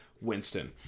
Winston